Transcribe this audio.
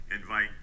invite